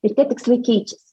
ir tie tikslai keičiasi